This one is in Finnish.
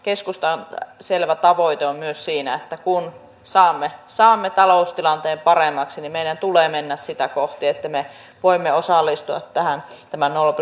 ei ole oikeudenmukaista eikä vaikuttavaa työvoimapolitiikkaa että patistetaan ihmisiä kursseille joista heille ei ole mitään hyötyä tai teetetään työttömillä palkatonta työtä tukien menettämisen uhalla